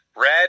Red